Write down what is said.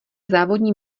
závodní